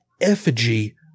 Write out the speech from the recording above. effigy